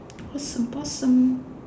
awesome possum